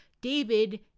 David